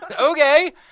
Okay